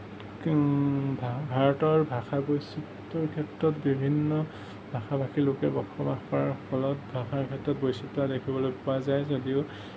ভাৰতৰ ভাষা বৈচিত্ৰৰ ক্ষেত্ৰত বিভিন্ন ভাষা ভাষী লোকে বসবাস কৰাৰ ফলত ভাষাৰ ক্ষেত্ৰত বৈচিত্ৰ দেখিবলৈ পোৱা যায় যদিও